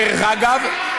דרך אגב,